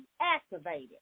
activated